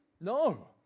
No